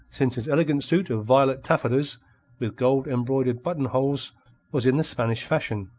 since his elegant suit of violet taffetas with gold-embroidered button-holes was in the spanish fashion.